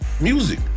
music